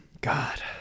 God